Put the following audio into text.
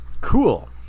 Cool